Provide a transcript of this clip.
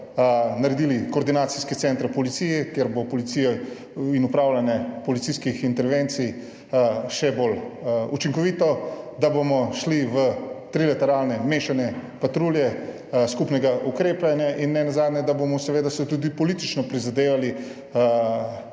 naredili koordinacijske centre policiji, kjer bo policija in upravljanje policijskih intervencij še bolj učinkovito, da bomo šli v trilateralne mešane patrulje skupnega ukrepanja in nenazadnje, da bomo seveda se tudi politično prizadevali